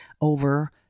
over